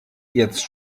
jetzt